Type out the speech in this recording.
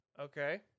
Okay